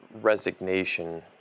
resignation